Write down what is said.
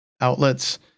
outlets